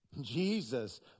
Jesus